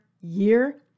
year